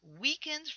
weakened